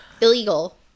Illegal